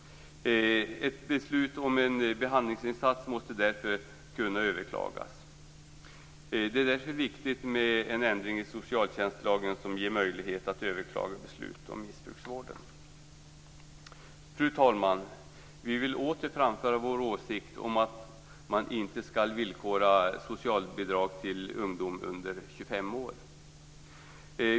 Ett beslut om en behandlingsinsats måste därför kunna överklagas. Därför är det viktigt med en ändring i socialtjänstlagen som ger möjlighet att överklaga beslut inom missbrukarvården. Fru talman! Vi vill åter framföra vår åsikt att man inte skall villkora socialbidrag till ungdom under 25 år.